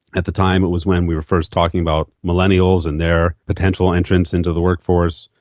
at the time it was when we were first talking about millennials and their potential entrants into the workforce,